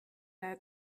der